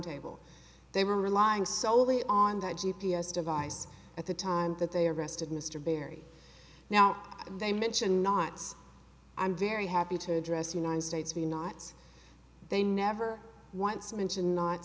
table they were relying solely on that g p s device at the time that they arrested mr barry now they mentioned knots i'm very happy to address united states we knots they never once mentioned knot